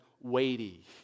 weighty